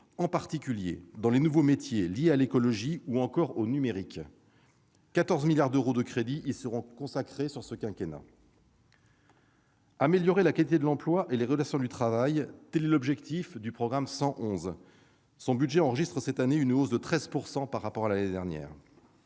en particulier dans les nouveaux métiers liés à l'écologie ou au numérique. Environ 14 milliards d'euros de crédits y seront consacrés sur le quinquennat. Améliorer la qualité de l'emploi et les relations de travail, tel est l'objectif du programme 111. Les crédits de celui-ci enregistreront l'année prochaine une hausse de 13 % par rapport à cette année.